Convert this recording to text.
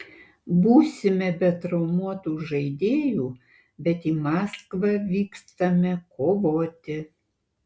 būsime be traumuotų žaidėjų bet į maskvą vykstame kovoti